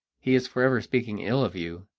he is forever speaking ill of you,